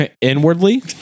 Inwardly